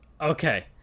Okay